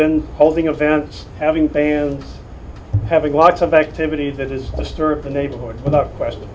been holding events having fans having lots of activities that is a story of the neighborhood without question